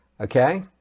Okay